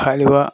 halwa